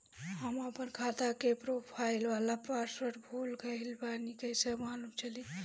हम आपन खाता के प्रोफाइल वाला पासवर्ड भुला गेल बानी कइसे मालूम चली?